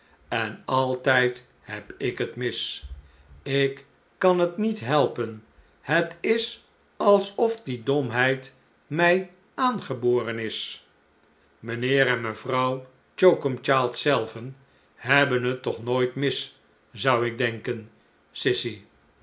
en altijd heb ik het mis ik kan het niet helpen het is alsof die domheid mij aangeboren is mijnheer en mevrouw choakumchild zelven hebben het toch nooit mis zou ik denken